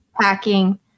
packing